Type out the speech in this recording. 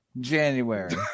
January